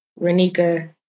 Renika